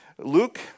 Luke